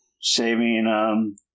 saving